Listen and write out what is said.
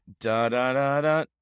da-da-da-da